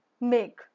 make